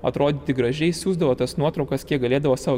atrodyti gražiai siųsdavo tas nuotraukas kiek galėdavo sau